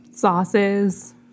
Sauces